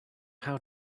how